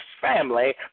family